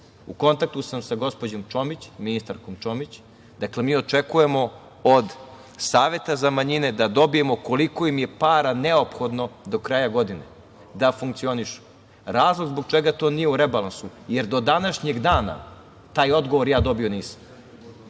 U kontaktu sam sa gospođom Čomić, ministarkom Čomić, dakle mi očekujemo od Saveta za manjine da dobijemo koliko im je para neophodno do kraja godine da funkcionišu. Razlog zbog čega to nije u rebalansu, jer do današnjeg dana taj odgovor ja dobio nisam.